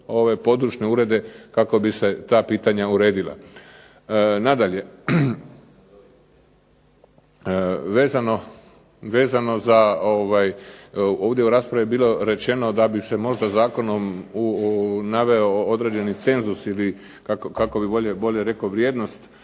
ove područne urede kako bi se ta pitanja uredila. Nadalje, vezano za ovdje u raspravi je bilo rečeno da bi se možda zakonom naveo određeni cenzus ili kako bih bolje rekao vrijednost,